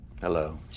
Hello